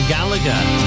Gallagher